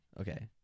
Okay